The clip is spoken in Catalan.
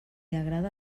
agrada